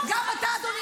גם אתה, אדוני